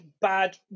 bad